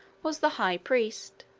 was the high priest.